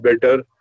better